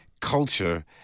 culture